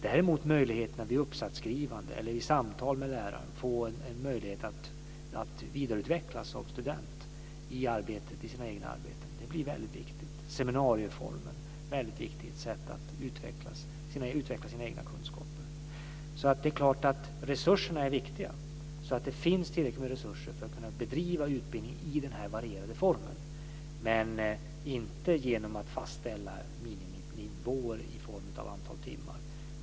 Däremot blir möjligheten att vid uppsatsskrivande eller i samtal med lärarna få vidareutvecklas som student i det egna arbetet väldigt viktig. Seminarieformen är ett väldigt viktigt sätt att utveckla sina egna kunskaper. Resurserna är alltså viktiga. Det är viktigt att det finns tillräckligt med resurser för att kunna bedriva utbildning i den här varierade formen. Men man ska inte göra detta genom att fastställa miniminivåer i form av ett visst antal timmar.